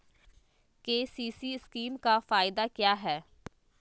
KCC scheme का फायदा क्या है?